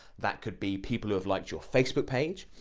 that could be people who have like your facebook page.